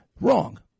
Wrong